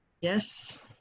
Yes